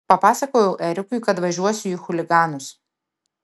papasakojau erikui kad važiuosiu į chuliganus